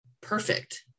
perfect